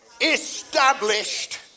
established